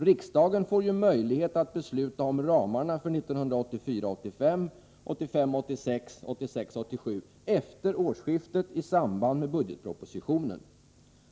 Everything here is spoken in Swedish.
Riksdagen får ju möjlighet att besluta om ramarna för 1984 86 och 1986/87 efter årsskiftet i samband med budgetpropositionen.